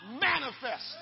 manifest